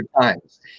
times